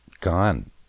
gone